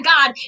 God